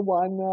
one